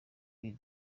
iri